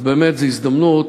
אז באמת זו הזדמנות